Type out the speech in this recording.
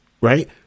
Right